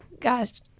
guy's